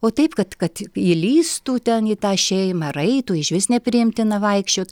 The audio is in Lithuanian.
o taip kad kad įlįstų ten į tą šeimą ar eitų išvis nepriimtina vaikščiot